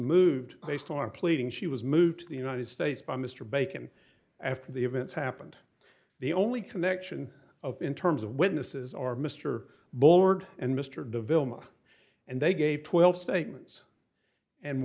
moved based on pleading she was moved to the united states by mr bacon after the events happened the only connection of in terms of witnesses are mr board and mr de ville mark and they gave twelve statements and